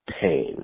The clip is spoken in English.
pain